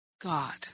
God